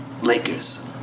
Lakers